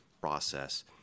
process